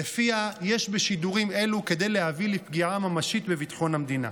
ולפיה יש בשידורים אלו כדי להביא לפגיעה ממשית בביטחון המדינה.